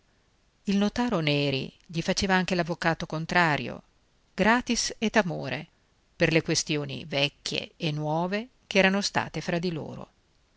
il notaro neri gli faceva anche l'avvocato contrario gratis et amore per le questioni vecchie e nuove che erano state fra di loro